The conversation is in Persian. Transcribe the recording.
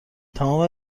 تمام